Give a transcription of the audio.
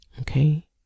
Okay